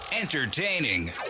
entertaining